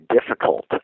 difficult